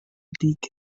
deacon